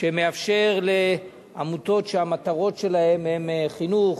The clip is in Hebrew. מאפשר לעמותות שהמטרות שלהן הן חינוך,